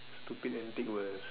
stupid antics was